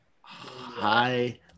Hi